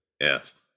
Yes